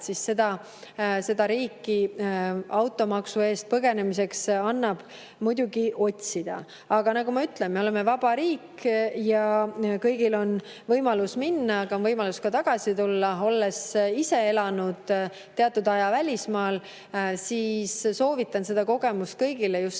ole. Seda riiki, kuhu automaksu eest põgeneda, annab muidugi otsida. Aga nagu ma ütlesin, me oleme vaba riik ja kõigil on võimalus ära minna, aga on võimalus ka tagasi tulla. Olles ise elanud teatud aja välismaal, ma soovitan seda kogemust kõigile just